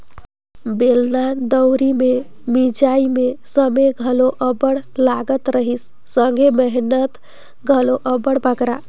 बेलना दउंरी मे मिंजई मे समे घलो अब्बड़ लगत रहिस संघे मेहनत घलो अब्बड़ बगरा